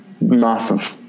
Massive